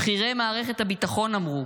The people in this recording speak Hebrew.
בכירי מערכת הביטחון אמרו.